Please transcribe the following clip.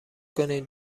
کنین